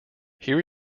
here